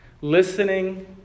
listening